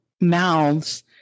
mouths